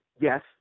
yes